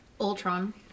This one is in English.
Ultron